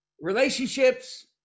relationships